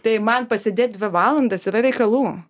tai man pasidėt dvi valandas yra reikalų